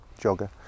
jogger